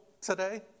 today